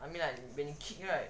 I mean like when you kick right